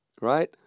right